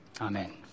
Amen